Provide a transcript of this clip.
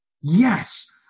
Yes